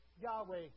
Yahweh